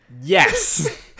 Yes